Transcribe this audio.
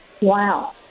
Wow